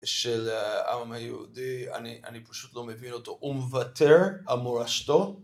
של העם היהודי, אני פשוט לא מבין אותו. הוא מוותר על מורשתו.